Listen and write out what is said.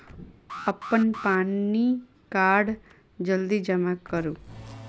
अप्पन पानि कार्ड जल्दी जमा करू?